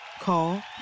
Call